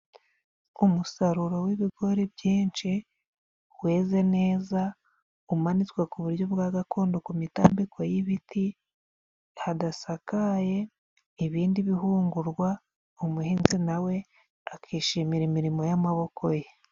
Umusaruro w'ibigori byinshi, weze neza, umanitswe ku buryo bwa gakondo, ku mitambiko y'ibiti hadasakaye, ibindi bihungurwa, umuhinzi na we akishimira imirimo y'amaboko ye.